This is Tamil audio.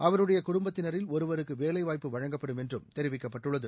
அவருடைய குடும்பத்தினரில் ஒருவருக்கு வேலைவாய்ப்பு வழங்கப்படும் என்றும் தெரிவிக்கப்பட்டுள்ளது